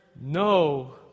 no